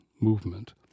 movement